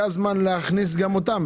זה הזמן להכניס גם אותן.